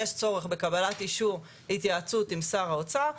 יש צורך בקבלת אישור התייעצות עם שר האוצר.